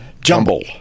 Jumble